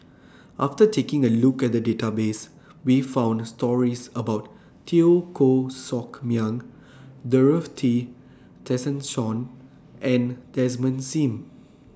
after taking A Look At The Database We found stories about Teo Koh Sock Miang Dorothy Tessensohn and Desmond SIM